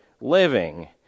living